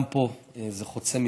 גם פה זה חוצה מפלגות,